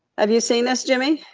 have you seen this, jimmy?